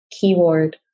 Keyword